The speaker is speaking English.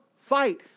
fight